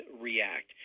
react